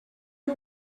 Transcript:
que